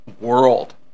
world